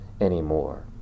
anymore